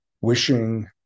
wishing